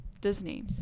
Disney